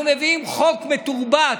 אנחנו מביאים חוק מתורבת,